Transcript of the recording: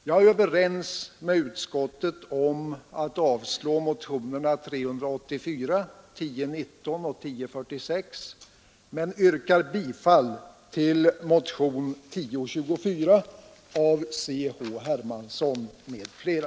Jag instämmer i utskottets yrkande om avslag på motionerna 384, 1019 och 1046 men yrkar bifall till motionen 1024 av herr Hermansson m.fl.